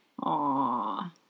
Aww